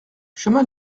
chemin